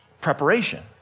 preparation